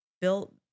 built